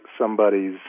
somebody's